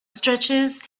stretches